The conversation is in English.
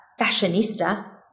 fashionista